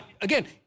Again